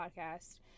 podcast